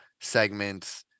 segment's